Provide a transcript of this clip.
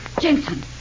Jensen